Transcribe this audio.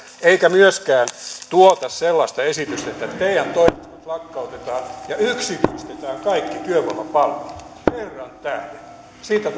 eikä myöskään tuotaisi sellaista esitystä että te toimistot lakkautetaan ja yksityistetään kaikki työvoimapalvelut herran tähden siitä